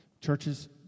Churches